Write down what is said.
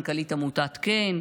מנכ"לית עמותת כן,